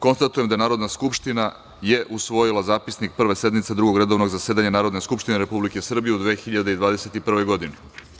Konstatujem da je Narodna skupština usvojila Zapisnik Prve sednice Drugog redovnog zasedanja Narodne skupštine Republike Srbije u 2021. godini.